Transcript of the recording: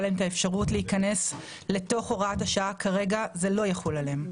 להם את האפשרות להיכנס לתוך הוראת השעה כרגע זה לא יחול עליהם.